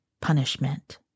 punishment